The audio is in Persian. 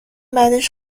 بعدش